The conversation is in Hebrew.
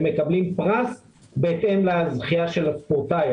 הם מקבלים פרס בהתאם לזכייה של הספורטאי.